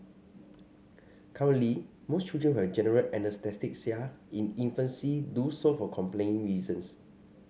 currently most children who have general anaesthesia in infancy do so for compelling reasons